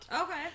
Okay